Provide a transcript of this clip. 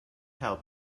help